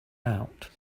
out